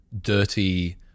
dirty